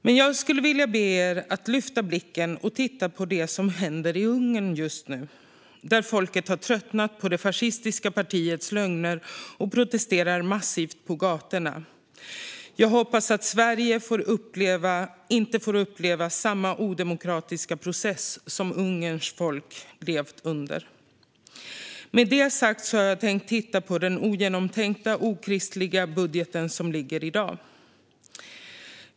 Men jag vill be er att lyfta blicken och titta på det som händer i Ungern just nu. Där har folket tröttnat på det fascistiska partiets lögner och protesterar massivt på gatorna. Jag hoppas att Sverige inte får uppleva samma odemokratiska process som Ungerns folk har fått. Jag ska ägna mitt anförande åt att titta på den ogenomtänkta och okristliga budget som ligger i dag.